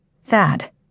Thad